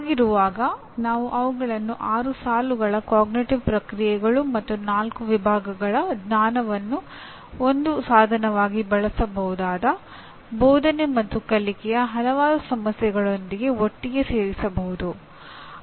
ಹಾಗಿರುವಾಗ ನಾವು ಅವುಗಳನ್ನು ಆರು ಸಾಲುಗಳ ಅರಿವಿನ ಪ್ರಕ್ರಿಯೆಗಳು ಮತ್ತು ನಾಲ್ಕು ವಿಭಾಗಗಳ ಜ್ಞಾನವನ್ನು ಒಂದು ಸಾಧನವಾಗಿ ಬಳಸಬಹುದಾದ ಬೋಧನೆ ಮತ್ತು ಕಲಿಕೆಯ ಹಲವಾರು ಸಮಸ್ಯೆಗಳೊಂದಿಗೆ ಒಟ್ಟಿಗೆ ಸೇರಿಸಬಹುದು